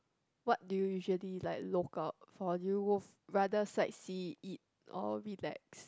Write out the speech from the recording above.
what do you usually like look out for do you wo~ rather sightsee eat or relax